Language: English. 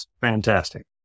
fantastic